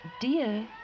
dear